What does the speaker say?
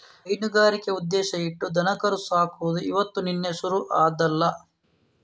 ಹೈನುಗಾರಿಕೆ ಉದ್ದೇಶ ಇಟ್ಟು ದನಕರು ಸಾಕುದು ಇವತ್ತು ನಿನ್ನೆ ಶುರು ಆದ್ದಲ್ಲ